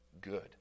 good